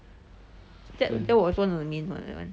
that that was one of the main one that one